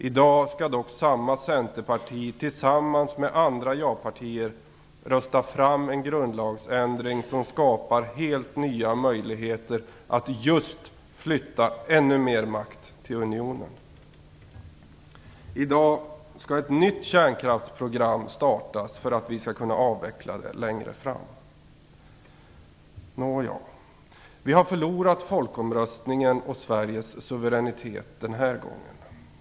I dag skall dock samma centerparti tillsammans med andra japartier rösta fram en grundlagsändring som skapar helt nya möjligheter att just flytta ännu mera makt till unionen. I dag skall ett nytt kärnkraftsprogram startas för att vi skall kunna avveckla det längre fram. Vi har förlorat folkomröstningen och Sveriges suveränitet, den här gången.